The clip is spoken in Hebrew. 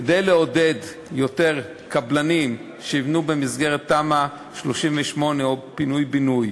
כדי לעודד יותר קבלנים שיבנו במסגרת תמ"א 38 או פינוי-בינוי,